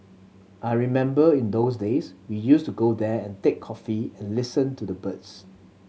I remember in those days we used to go there and take coffee and listen to the birds